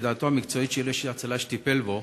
לדעתו המקצועית של איש ההצלה שטיפל בו,